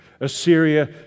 Assyria